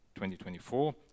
2024